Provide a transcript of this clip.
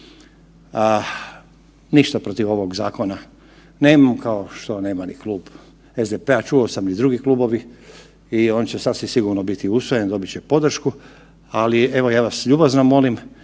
Ništa protiv ovog zakona nemam, kao što nema ni Klub SDP-a, čuo sam i drugi klubovi i on će sasvim sigurno biti usvojen, dobit će podršku, ali evo ja vas ljubazno molim